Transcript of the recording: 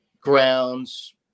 grounds